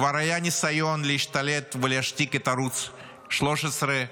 כבר היה ניסיון להשתלט ולהשתיק את ערוץ 13,